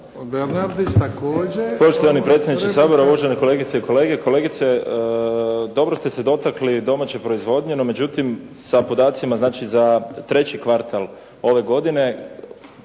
Gospodine predsjedniče Sabora, uvažene kolegice i kolege. Dobro ste se dotakli domaće proizvodnje, no međutim sa podacima za treći kvartal ove godine